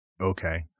Okay